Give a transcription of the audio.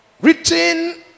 written